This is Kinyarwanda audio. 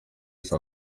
saa